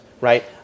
right